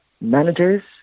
managers